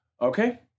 Okay